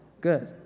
Good